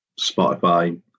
spotify